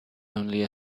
only